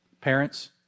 Parents